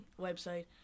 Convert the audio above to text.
website